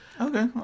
Okay